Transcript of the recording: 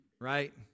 right